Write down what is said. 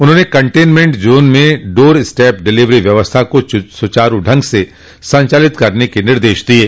उन्होंने containment zone में door step delivery व्यवस्था को सूचारू ढंग से संचालित करने के निर्देश दिये